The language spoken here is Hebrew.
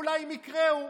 אולי מקרה הוא.